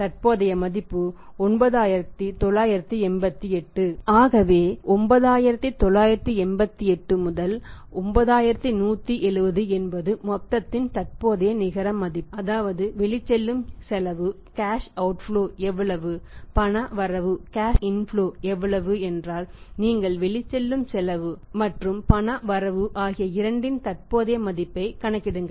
தற்போதைய மதிப்பு 9988 ஆகவே 9988 9170 என்பது மொத்தத்தின் தற்போதைய நிகர மதிப்பு அதாவது வெளிச்செல்லும் செலவு எவ்வளவு பண வரவு எவ்வளவு என்றால் நீங்கள் வெளிச்செல்லும் செலவு மற்றும் பண வரவு ஆகிய இரண்டின் தற்போதைய மதிப்பைக் கணக்கிடுங்கள்